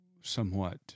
somewhat